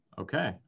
okay